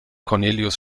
cornelius